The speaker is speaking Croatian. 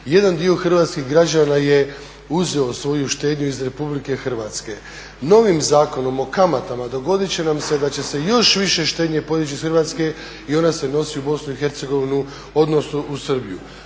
jedan dio hrvatskih građana je uzeo svoju štednju iz Republike Hrvatske. Novim Zakonom o kamatama dogodit će nam se da će se još više štednje podići iz Hrvatske i ona se nosi u Bosnu i Hercegovinu, odnosno u Srbiju.